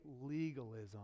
legalism